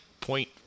point